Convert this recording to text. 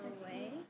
away